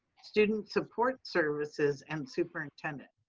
student support services, and superintendents.